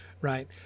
right